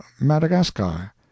Madagascar